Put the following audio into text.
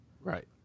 Right